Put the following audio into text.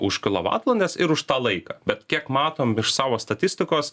už kilovatvalandes ir už tą laiką bet kiek matom iš savo statistikos